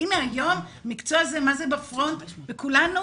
והנה היום, המקצוע הזה בפרונט, וכולנו